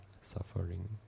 suffering